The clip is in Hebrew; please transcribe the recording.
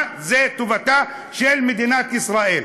מה זה טובתה של מדינת ישראל?